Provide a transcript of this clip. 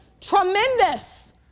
tremendous